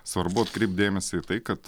svarbu atkreipt dėmesį tai kad